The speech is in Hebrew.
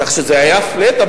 כך שזה היה flat,